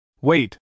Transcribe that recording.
Wait